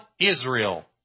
Israel